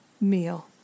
meal